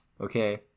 okay